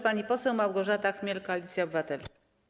Pani poseł Małgorzata Chmiel, Koalicja Obywatelska.